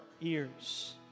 ears